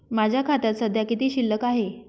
माझ्या खात्यात सध्या किती शिल्लक आहे?